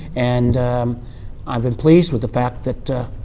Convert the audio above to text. and i've been pleased with the fact that